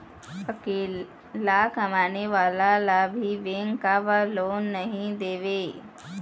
अकेला कमाने वाला ला भी बैंक काबर लोन नहीं देवे?